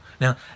Now